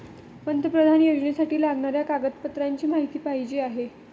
पंतप्रधान योजनेसाठी लागणाऱ्या कागदपत्रांची माहिती पाहिजे आहे